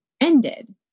ended